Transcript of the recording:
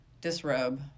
disrobe